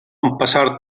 empassar